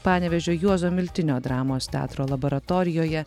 panevėžio juozo miltinio dramos teatro laboratorijoje